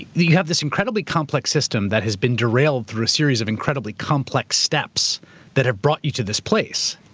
you have this incredibly complex system that has been derailed through a series of incredibly complex steps that have brought you to this place,